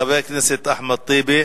חבר הכנסת אחמד טיבי,